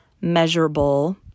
measurable